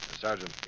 Sergeant